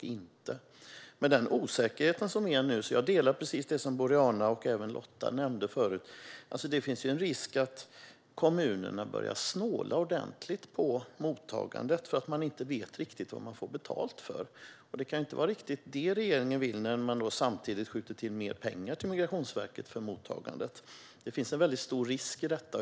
Med den osäkerhet som råder nu - jag instämmer i det Boriana säger och som Lotta nämnde tidigare - finns det risk att kommunerna börjar snåla ordentligt på mottagandet eftersom de inte riktigt vet vad de kommer att få betalt för. Det kan inte vara det regeringen vill när de skjuter till mer pengar till Migrationsverket för mottagandet. Det finns en stor risk i detta.